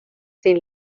sin